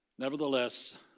Nevertheless